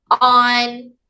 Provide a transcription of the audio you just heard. on